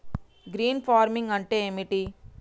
Green farming అంటే ఏమిటి?